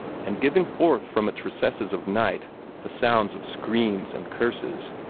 and giving forth from its recesses of night the sounds of screams and curses.